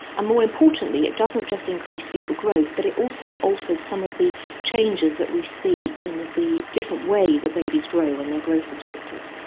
ah more importantly, it doesn't just increase foetal growth but it also alters some of the changes that we see in the different way that babies grow when they are growth restricted.